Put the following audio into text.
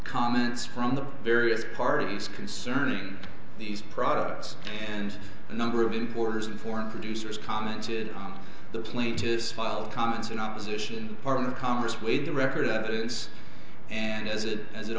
comments from the various parties concerning these products and a number of importers and foreign producers commented on the plaintiffs filed comments in opposition part of the congress weighed the record evidence and as it as it